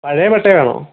പഴയ പട്ടയം ആണോ